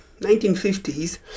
1950s